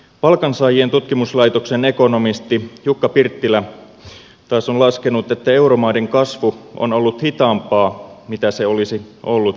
palkansaajien tutkimuslaitoksen ekonomisti jukka pirttilä taas on laskenut että euromaiden kasvu on ollut hitaampaa kuin mitä se olisi ollut ilman euroa